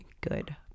good